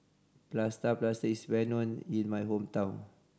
plaster is well known in my hometown